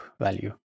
value